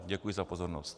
Děkuji za pozornost.